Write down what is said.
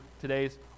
today's